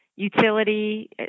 Utility